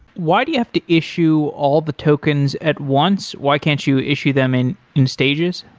why do you have to issue all the tokens at once? why can't you issue them in in stages?